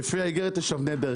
יש אבני דרך.